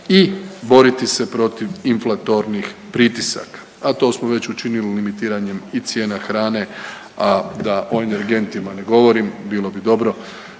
i boriti se protiv inflatornih pritisaka, a to smo već učinili limitiranjem i cijena hrane, a da o energentima ne govorim, bilo bi dobro